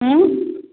उँ